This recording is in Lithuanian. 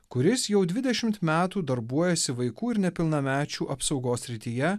kuris jau dvidešimt metų darbuojasi vaikų ir nepilnamečių apsaugos srityje